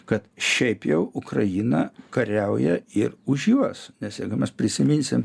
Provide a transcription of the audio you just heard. kad šiaip jau ukraina kariauja ir už juos nes jeigu mes prisiminsim